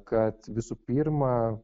kad visų pirma